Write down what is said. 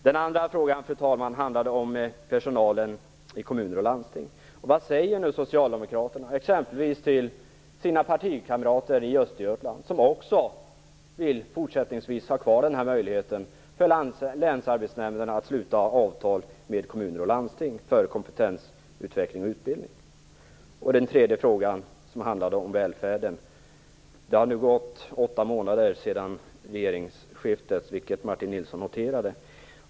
Den andra frågan, fru talman, handlade om personalen i kommuner och landsting. Vad säger socialdemokraterna exempelvis till sina partikamrater i Östergötland, som också fortsättningsvis vill ha kvar länsarbetsnämndens möjlighet att sluta avtal med kommuner och landsting om kompetensutveckling och utbildning? Den tredje frågan handlade om välfärden. Det har nu gått åtta månader efter regeringsskiftet, vilket också Martin Nilsson noterade.